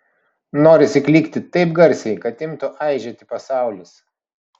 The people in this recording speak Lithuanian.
norisi klykti taip garsiai kad imtų aižėti pasaulis